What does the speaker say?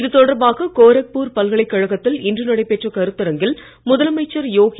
இதுதொடர்பாக கோரக்பூர் பல்கலைக்கழகத்தில் இன்று நடைபெற்ற கருத்தரங்கில் முதலமைச்சர் யோகி